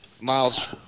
miles